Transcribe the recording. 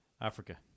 Africa